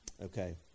Okay